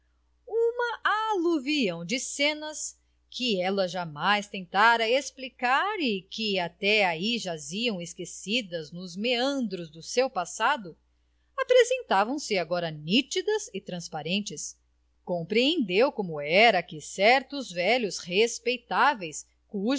uma aluvião de cenas que ela jamais tentara explicar e que até ai jaziam esquecidas nos meandros do seu passado apresentavam se agora nítidas e transparentes compreendeu como era que certos velhos respeitáveis